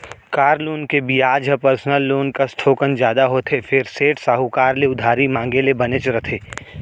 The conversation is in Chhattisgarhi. कार लोन के बियाज ह पर्सनल लोन कस थोकन जादा होथे फेर सेठ, साहूकार ले उधारी मांगे ले बनेच रथे